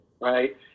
Right